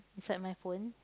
inside my phone